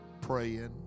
praying